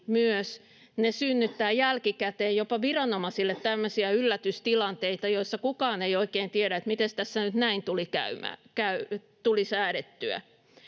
myös synnyttävät jälkikäteen jopa viranomaisille tämmöisiä yllätystilanteita, joissa kukaan ei oikein tiedä, miten tässä nyt näin tuli säädettyä.